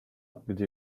gdy